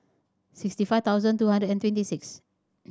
sixty five thousand two hundred and twenty six